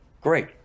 Great